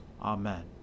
Amen